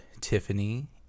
Tiffany